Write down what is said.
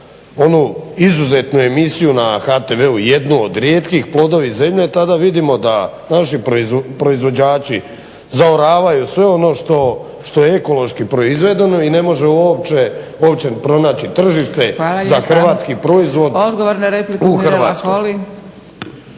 izuzetnu emisiju na HTV-u jednu od rijetkih "Plodovi zemlje" tada vidimo da naši proizvođači zaoravaju sve ono što je ekološki proizvedeno i nemože uopće pronaći tržište za hrvatski proizvod u Hrvatskoj.